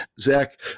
Zach